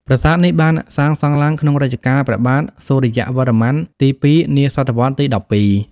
ប្រាសាទនេះបានសាងសង់ឡើង ក្នុងរជ្ជកាលព្រះបាទសុរិយវរ្ម័នទី ២ នាសតវត្សរ៍ទី១២ ។